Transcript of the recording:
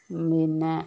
പിന്നെ